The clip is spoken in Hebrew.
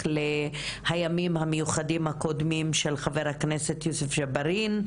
לימים המיוחדים הקודמים של חה"כ לשעבר יוסף ג'בארין.